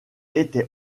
était